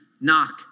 knock